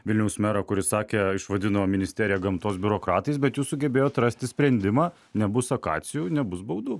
vilniaus merą kuris sakė išvadino ministeriją gamtos biurokratais bet jūs sugebėjot rasti sprendimą nebus akacijų nebus baudų